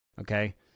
Okay